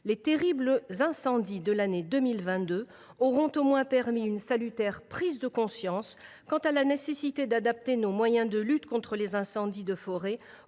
Les terribles incendies de l’année 2022 auront au moins permis une salutaire prise de conscience quant à la nécessité d’adapter nos moyens de lutte contre les incendies de forêt